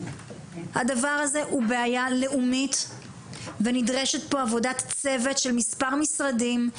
הדבר הזה הוא בעיה לאומית ונדרשת פה עבודת צוות של מספר משרדים,